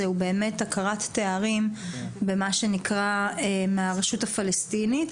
הוא הכרת תארים במה שנקרא מהרשות הפלסטינית.